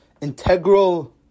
integral